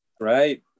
Right